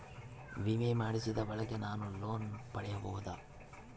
ವಿಮೆ ಮಾಡಿಸಿದ ಬಳಿಕ ನಾನು ಲೋನ್ ಪಡೆಯಬಹುದಾ?